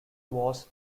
was